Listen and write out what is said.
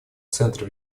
центре